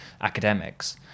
academics